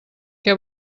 què